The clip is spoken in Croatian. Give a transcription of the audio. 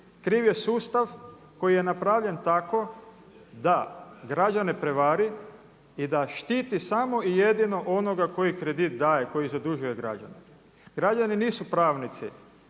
kriv je sustav koji je napravljen tako da građane prevari i da štiti samo i jedino onoga koji kredit daje, koji zadužuje građane. Građani nisu pravnici